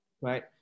Right